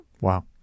Wow